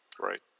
Right